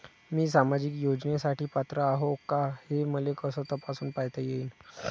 मी सामाजिक योजनेसाठी पात्र आहो का, हे मले कस तपासून पायता येईन?